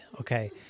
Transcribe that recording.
Okay